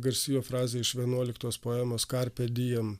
garsėjo fraze iš vienuoliktos poemos karpe diem